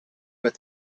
with